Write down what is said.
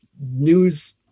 news